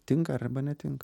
tinka arba netinka